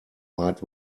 might